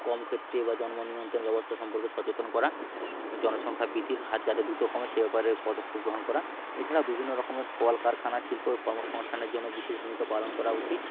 কম ক্ষেত্রে বা জন্মনিয়ন্ত্রণ ব্যবস্থা সম্পর্কে সচেতন করা জনসংখ্যার বৃদ্ধির হার যাতে দুটো কমে সে ব্যাপারে পদক্ষেপ গ্রহণ করা এছাড়া বিভিন্ন রকমের কলকারখানা শিল্প কর্মসংস্থানের জন্য বিশেষ ভূমিকা পালন করা উচিত